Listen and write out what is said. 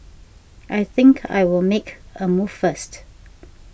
I think I'll make a move first